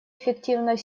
эффективной